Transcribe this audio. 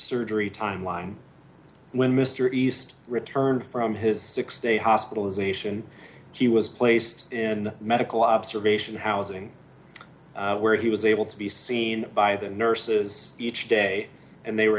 surgery timeline when mr east returned from his six day hospitalization she was placed in medical observation housing where he was able to be seen by the nurses each day and they were